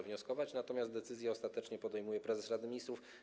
Wnioskować może każdy, natomiast decyzję ostatecznie podejmuje prezes Rady Ministrów.